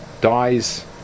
dies